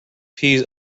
peas